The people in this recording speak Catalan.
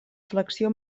flexió